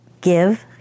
give